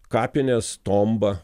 kapinės tomba